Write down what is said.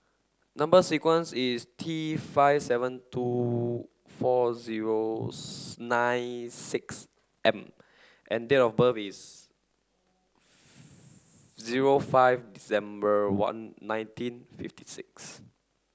number sequence is T five seven two four zero nine six M and date of is zero five December one nineteen fifty six